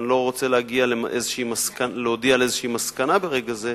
אני לא רוצה להודיע על איזו מסקנה ברגע זה,